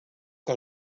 que